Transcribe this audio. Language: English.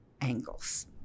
angles